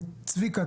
צביקה,